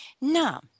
Now